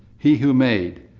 he who made,